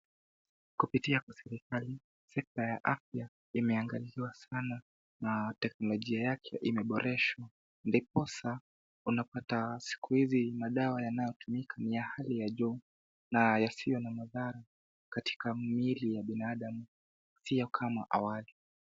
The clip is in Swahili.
Kupitia kwa serikali, sekta ya afya imeangaliwa sana na teknolojia yake imeboreshwa. Diposa, unapata siku hizi madawa yanayotumika ni ya hali ya juu na yasiyo na madhara katika miili ya binadamu sio kama awali.